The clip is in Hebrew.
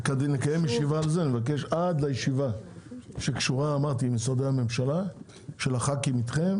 מבקש שעד לישיבה של הח"כים איתכם